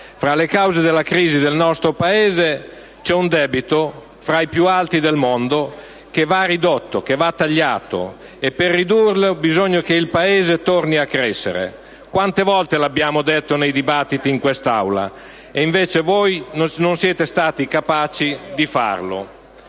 Fra le cause della crisi del nostro Paese, c'è un debito fra i più alti del mondo, che va ridotto, tagliato, e per ridurlo bisogna che il Paese torni a crescere. Quante volte lo abbiamo detto nei dibattiti in quest'Aula e invece voi non siete stati capaci di farlo.